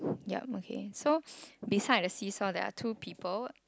ya okay so beside the seesaw there are two people